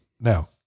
Now